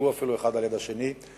שהתיישבו אפילו אחד ליד השני.